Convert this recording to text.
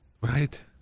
Right